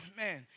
man